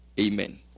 Amen